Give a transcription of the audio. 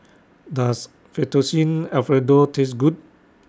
Does Fettuccine Alfredo Taste Good